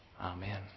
Amen